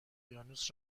اقیانوس